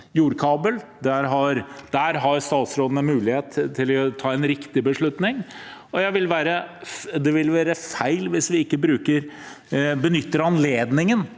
jordkabel. Der har statsråden en mulighet til å ta en riktig beslutning. Det vil være feil hvis vi ikke benytter anledningen